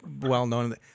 well-known